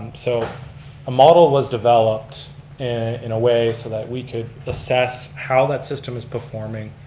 so a model was developed and in a way so that we could assess how that system is performing,